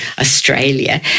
Australia